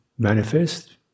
Manifest